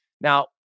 Now